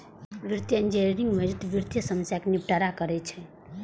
वित्तीय इंजीनियरिंग मौजूदा वित्तीय समस्या कें निपटारा करै छै